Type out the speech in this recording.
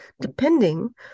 depending